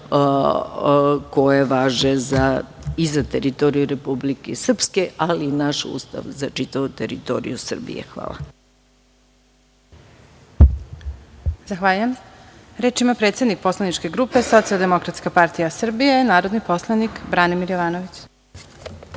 koje važe i za teritoriju Republike Srpske, ali i naš Ustav za čitavu teritoriju Srbije. Hvala. **Elvira Kovač** Zahvaljujem. Reč ima predsednik poslaničke grupe Socijaldemokratska partija Srbije, narodni poslanik Branimir Jovanović.